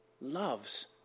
loves